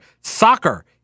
soccer